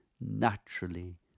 naturally